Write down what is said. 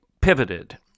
pivoted